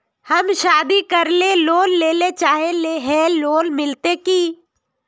हम शादी करले लोन लेले चाहे है लोन मिलते की?